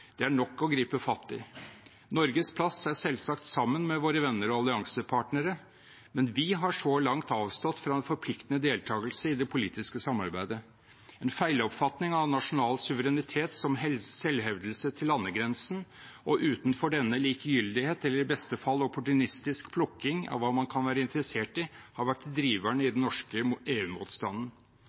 Det er nok å gripe fatt i. Norges plass er selvsagt sammen med våre venner og alliansepartnere, men vi har så langt avstått fra en forpliktende deltakelse i det politiske samarbeidet. En feiloppfatning av nasjonal suverenitet som selvhevdelse til landegrensen og utenfor denne likegyldighet, eller i beste fall opportunistisk plukking av hva man kan være interessert i, har vært driveren i den norske